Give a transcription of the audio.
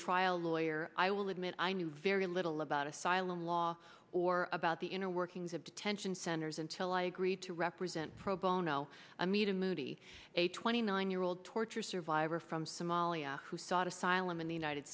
trial lawyer i will admit i knew very little about asylum law or about the inner workings of detention centers until i agreed to represent pro bono i made a movie a twenty nine year old torture survivor from somalia who sought asylum in the united